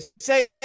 say